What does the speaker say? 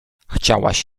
chciałaś